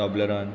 Toblerone